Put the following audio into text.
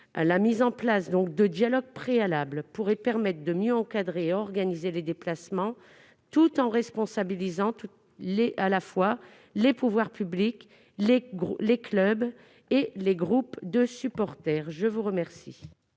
La mise en place de dialogues préalables pourrait permettre de mieux encadrer et organiser les déplacements, tout en responsabilisant à la fois les pouvoirs publics, les clubs et les groupes de supporters. L'amendement